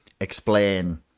explain